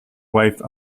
wife